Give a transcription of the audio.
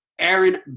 Aaron